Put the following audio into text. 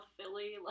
Philly